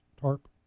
tarp